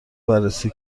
بررسی